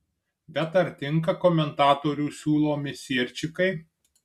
bet ar tinka komentatorių siūlomi sierčikai